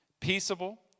peaceable